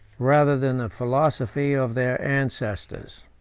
rather than the philosophy, of their ancestors.